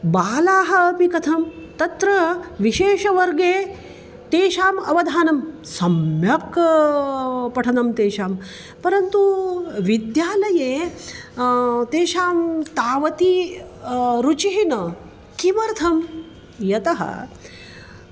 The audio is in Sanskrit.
बालाः अपि कथं तत्र विशेषवर्गे तेषाम् अवधानं सम्यक् पठनं तेषां परन्तु विद्यालये तेषां तावती रुचिः न किमर्थं यतः